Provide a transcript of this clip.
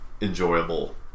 enjoyable